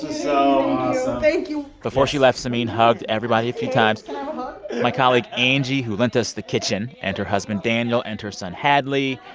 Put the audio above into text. so awesome thank you before she left, samin hugged everybody a few times my colleague angie, who lent us the kitchen, and her husband daniel and her son hadley.